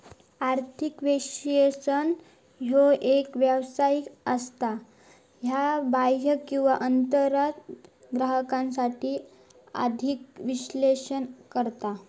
आर्थिक विश्लेषक ह्यो एक व्यावसायिक असता, ज्यो बाह्य किंवा अंतर्गत ग्राहकांसाठी आर्थिक विश्लेषण करता